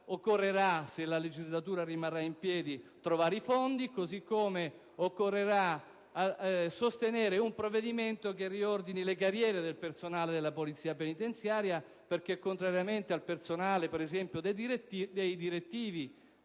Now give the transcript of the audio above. giuridica. Se la legislatura rimarrà in piedi, occorrerà trovare i fondi e sostenere un provvedimento che riordini le carriere del personale della polizia penitenziaria perché, contrariamente al personale dei direttivi